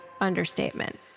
understatement